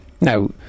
now